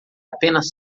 apenas